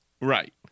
Right